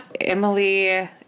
Emily